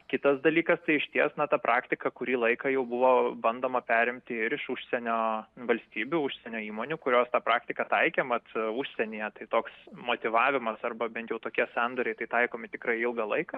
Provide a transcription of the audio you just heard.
kitas dalykas tai išties na ta praktika kurį laiką jau buvo bandoma perimti ir iš užsienio valstybių užsienio įmonių kurios tą praktiką taikė mat užsienyje tai toks motyvavimas arba bent jau tokie sandoriai tai taikomi tikrai ilgą laiką